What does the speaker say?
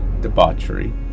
debauchery